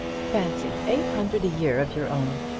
fancy eight hundred a year of your own.